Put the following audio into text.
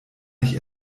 nicht